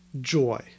joy